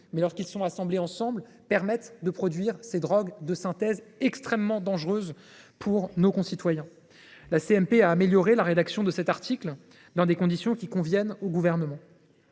qui, lorsqu’ils sont assemblés, permettent de produire des drogues de synthèse extrêmement dangereuses pour nos concitoyens. La commission mixte paritaire a amélioré la rédaction de cet article dans des conditions qui conviennent au Gouvernement.